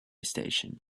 station